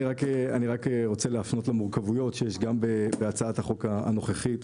אני רק רוצה להפנות למורכבויות שיש גם בהצעת החוק הנוכחית.